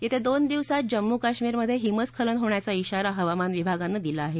येत्या दोन दिवसात जम्मू कश्मीरमध्ये हिमस्खलन होण्याचा श्राारा हवामान विभागानं दिला आहे